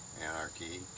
anarchy